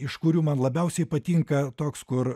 iš kurių man labiausiai patinka toks kur